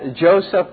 Joseph